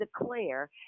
declare